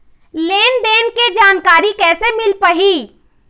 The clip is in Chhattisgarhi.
लेन देन के जानकारी कैसे मिल पाही?